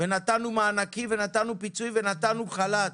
נתנו מענקים ופיצויים וחל"ת.